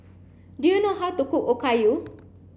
do you know how to cook Okayu